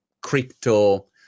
crypto